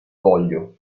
voglio